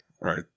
Right